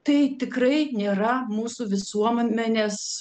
tai tikrai nėra mūsų visuomenės